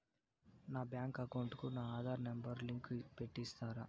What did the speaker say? నా bank account కు నా ఆధార్ నెంబర్ లింకు పెట్టి ఇస్తారా?